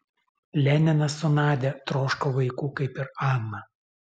leninas su nadia troško vaikų kaip ir ana